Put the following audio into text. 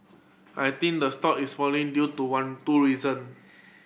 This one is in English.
I think the stock is falling due to one two reason